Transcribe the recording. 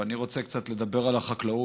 ואני רוצה קצת לדבר על החקלאות,